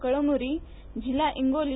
कळमनुरी जिल्हा हिंगोली